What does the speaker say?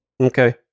Okay